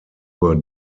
were